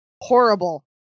horrible